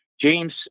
James